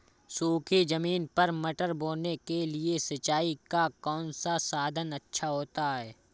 सूखी ज़मीन पर मटर बोने के लिए सिंचाई का कौन सा साधन अच्छा होता है?